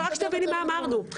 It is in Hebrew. רק שתביני מה אמרנו.